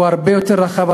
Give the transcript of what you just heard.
המספר הרבה יותר רחב,